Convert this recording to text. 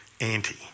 anti